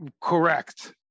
Correct